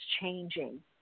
changing